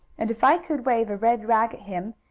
and if i could wave a red rag at him,